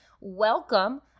welcome